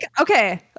okay